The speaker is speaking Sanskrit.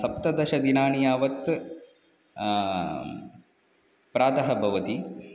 सप्तदशदिनानि यावत् प्रातः भवति